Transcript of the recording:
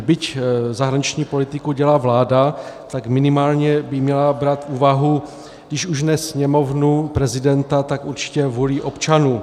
Byť zahraniční politiku dělá vláda, tak minimálně by měla brát v úvahu když už ne Sněmovnu, prezidenta, tak určitě vůli občanů.